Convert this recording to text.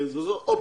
זו אופציה.